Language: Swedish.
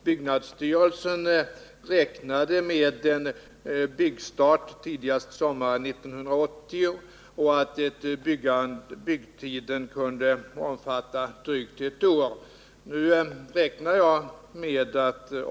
Byggnadsstyrelsen räknade med byggstart tidigast sommaren 1980 och att byggtiden kunde omfatta drygt ett år.